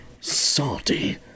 salty